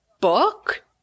book